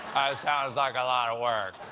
sound like a lot of work.